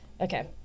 Okay